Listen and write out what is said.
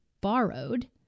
borrowed